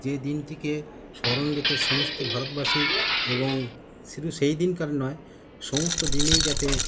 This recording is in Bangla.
যেই দিনটিকে স্মরণ রেখে সমস্ত ভারতবাসী এবং শুধু সেইদিনকার নয় সমস্ত দিনেই যাতে